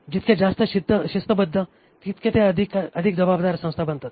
जितके जास्त शिस्तबद्ध तितके ते अधिक जबाबदार संस्था बनतात